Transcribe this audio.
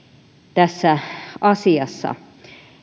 tässä asiassa